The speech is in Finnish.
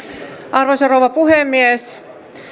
arvoisa rouva puhemies